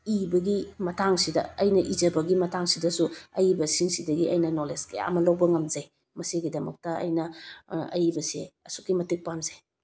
ꯏꯕꯒꯤ ꯃꯇꯥꯡꯁꯤꯗ ꯑꯩꯅ ꯏꯖꯕꯒꯤ ꯃꯇꯥꯡꯁꯤꯗꯁꯨ ꯑꯏꯕꯁꯤꯡꯁꯤꯗꯒꯤ ꯑꯩꯅ ꯅꯣꯂꯦꯖ ꯀꯌꯥ ꯑꯃ ꯂꯧꯕ ꯉꯝꯖꯩ ꯃꯁꯤꯒꯤꯗꯃꯛꯇ ꯑꯩꯅ ꯑꯏꯕꯁꯦ ꯑꯁꯨꯛꯀꯤ ꯃꯇꯤꯛ ꯄꯥꯝꯖꯩ